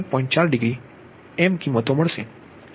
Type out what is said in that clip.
4 degree બે કિંમતોનો વિકલ્પ હશે